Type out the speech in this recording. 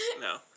No